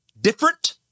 different